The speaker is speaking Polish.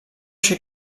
się